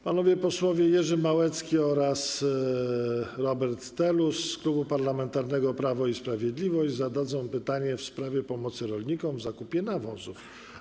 Panowie posłowie Jerzy Małecki oraz Robert Telus z Klubu Parlamentarnego Prawo i Sprawiedliwość zadadzą pytanie w sprawie pomocy rolnikom w zakupie nawozów.